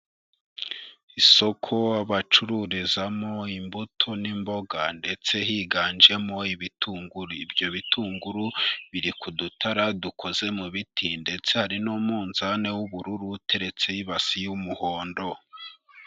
Isoko bacururizamo imbuto n'imboga ndetse higanjemo ibitunguru, ibyo bitunguru biri ku dutara dukoze mu biti, ndetse hari n'umunzani w'ubururu uteretseho ibasi y'umuhondo.